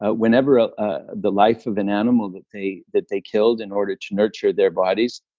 ah whenever ah ah the life of an animal that they that they killed in order to nurture their bodies,